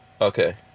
Okay